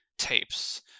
tapes